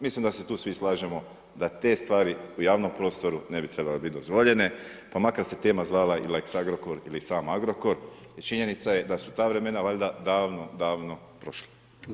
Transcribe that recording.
Mislim da se tu svi slažemo, da te stvari u javnom prostoru ne bi trebale biti dozvoljen, pa makar se i tema zvala i lex Agrokor ili sam Agrokor, činjenica je da su ta vremena valjda davno prošla.